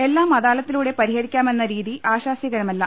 എല്ലാം അദാലത്തിലൂടെ പരിഹരിക്കാമെന്ന രീതി ആശാസ്യകരമല്ല